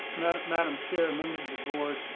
madam madam chair, members of the board,